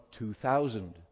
2000